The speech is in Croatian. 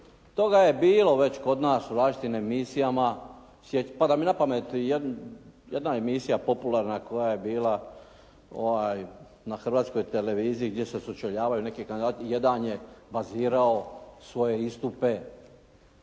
Toga je bilo već kod nas u različitim emisijama. Pada mi napamet jedna emisija popularna koja je bila na Hrvatskoj televiziji gdje se sučeljavaju neki kandidati. Jedan je bazirao svoje istupe